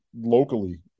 locally